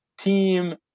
team